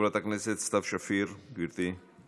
חברת הכנסת סתיו שפיר, גברתי.